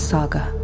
Saga